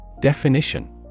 definition